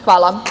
Hvala.